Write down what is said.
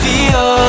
Feel